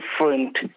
different